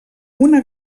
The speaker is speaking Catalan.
una